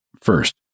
first